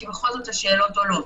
כי בכל זאת השאלות עולות.